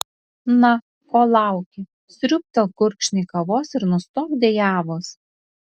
na ko lauki sriūbtelk gurkšnį kavos ir nustok dejavus